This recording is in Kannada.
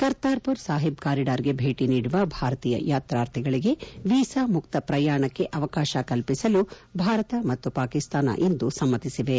ಕರ್ತಾರ್ಮರ್ ಸಾಹಿಬ್ ಕಾರಿಡಾರ್ಗೆ ಭೇಟ ನೀಡುವ ಭಾರತೀಯ ಯಾತ್ರಾರ್ಥಿಗಳಿಗೆ ವೀಸಾ ಮುಕ್ತ ಪ್ರಯಾಣಕ್ಕೆ ಅವಕಾಶ ಕಲ್ಪಿಸಲು ಭಾರತ ಮತ್ತು ಪಾಕಿಸ್ತಾನ ಇಂದು ಸಮ್ಮತಿಸಿವೆ